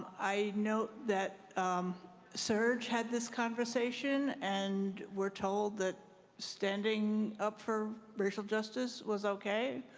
i note that surg had this conversation and we're told that standing up for racial justice was okay.